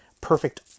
perfect